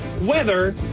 weather